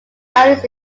allies